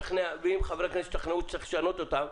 חברי הכנסת ישתכנעו שצריך לשנות אותן,